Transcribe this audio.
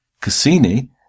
Cassini